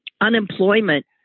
Unemployment